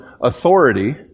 authority